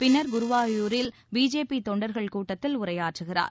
பின்னர் குருவாயூரில் பிஜேபி தொண்டர்கள் கூட்டத்தில் உரையாற்றுகிறார்